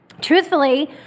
Truthfully